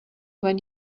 when